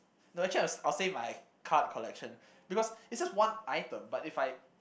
no actually I'll s~ I'll save my card collection because it's just one item but if I